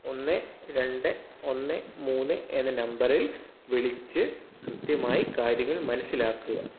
ഒന്ന് രണ്ട് ഒന്ന് മൂന്ന് എന്ന നമ്പറിൽ വിളിച്ച് കൃത്യമായി കാര്യങ്ങൾ മനസിലാക്കുക